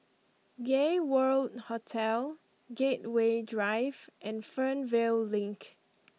Gay World Hotel Gateway Drive and Fernvale Link